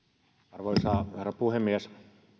arvoisa herra puhemies